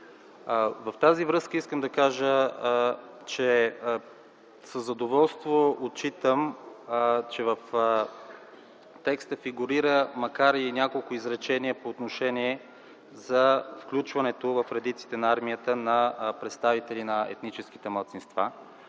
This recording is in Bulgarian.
В тази връзка искам да кажа, че със задоволство отчитам, че в текста фигурира, макар и с няколко изречения, включването в редиците на армията на представители на етническите малцинства.